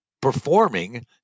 performing